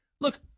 Look